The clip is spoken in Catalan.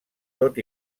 tot